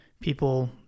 people